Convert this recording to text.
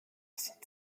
sind